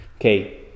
Okay